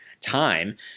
time